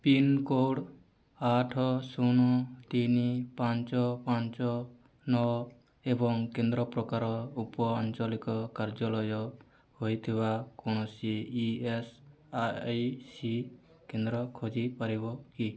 pincode ଆଠ ଶୂନ ତିନି ପାଞ୍ଚ ପାଞ୍ଚ ନଅ ଏବଂ କେନ୍ଦ୍ର ପ୍ରକାର ଉପଆଞ୍ଚଳିକ କାର୍ଯ୍ୟାଳୟ ହୋଇଥିବା କୌଣସି ଇ ଏସ୍ ଆଇ ସି କେନ୍ଦ୍ର ଖୋଜିପାରିବ କି